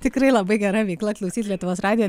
tikrai labai gera veikla klausyti lietuvos radijo